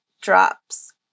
drops